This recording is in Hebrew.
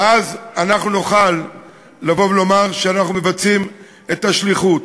ואז אנחנו נוכל לבוא ולומר שאנחנו מבצעים את השליחות.